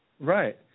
Right